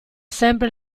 sempre